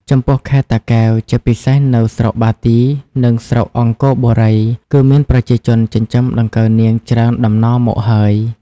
ចំពោះខេត្តតាកែវ ជាពិសេសនៅស្រុកបាទី និងស្រុកអង្គរបុរី គឺមានប្រជាជនចិញ្ចឹមដង្កូវនាងច្រើនតំណមកហើយ។